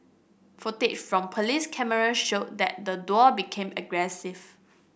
footage from police cameras showed that the duo became aggressive